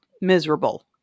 miserable